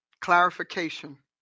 clarification